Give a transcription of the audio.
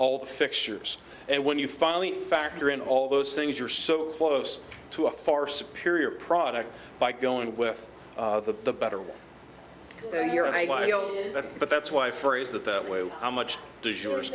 all the fixtures and when you finally factor in all those things are so close to a far superior product by going with the better but that's why for is that the way how much does your